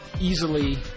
Easily